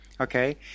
Okay